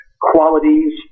qualities